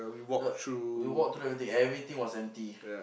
ya we walk through everything everything was empty